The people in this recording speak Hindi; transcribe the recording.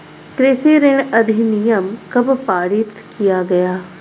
कृषि ऋण अधिनियम कब पारित किया गया?